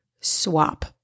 swap